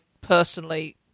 personally